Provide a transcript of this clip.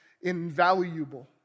invaluable